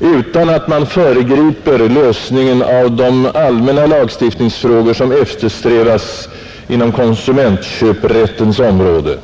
utan att man föregriper lösningen av de allmänna lagstiftningsfrågor som eftersträvas inom konsumentköprättens område.